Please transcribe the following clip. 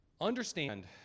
understand